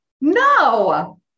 No